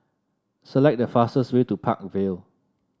select the fastest way to Park Vale